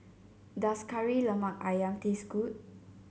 does Kari Lemak ayam taste good